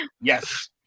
Yes